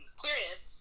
queerness